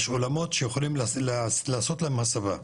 יש אולמות שיכולים לעשות להם הסבה,